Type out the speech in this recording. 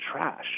trash